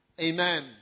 Amen